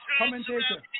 commentator